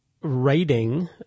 writing